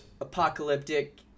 apocalyptic